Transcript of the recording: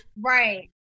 Right